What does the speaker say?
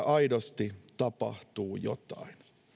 aidosti tapahtuu jotain